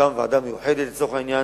תוקם ועדה מיוחדת לצורך העניין,